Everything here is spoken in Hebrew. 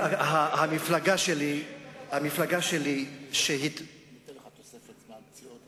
אני אתן לך תוספת זמן פציעות,